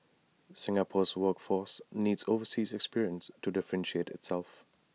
Singapore's workforce needs overseas experience to differentiate itself